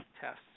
tests